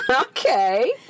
Okay